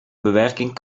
bewerking